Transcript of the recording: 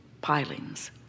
pilings